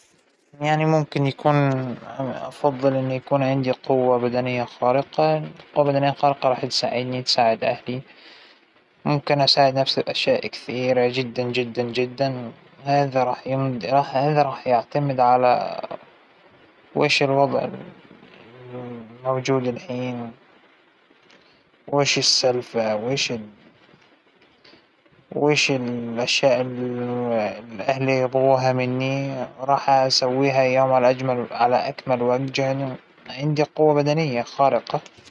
ما أعتقد أنه السؤال صحيح انه القدرة على التحكم فى الطقس، أعتقد إنها يعنى من قدرة الله عز وجل وما فينا ان أحنا نتناقش فى هاى القصص، فا وأنا مأبى قوة بدنية خارقة، اش يعنى اش راح سوى فيها، ما بعرف لاهادى ولا هادى طبعا، لأ ما بختار أى شى.